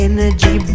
Energy